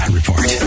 Report